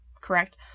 correct